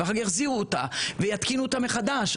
יחזירו אותה ויתקינו אותה מחדש.